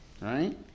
right